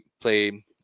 play